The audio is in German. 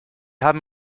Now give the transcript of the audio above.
haben